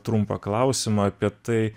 trumpą klausimą apie tai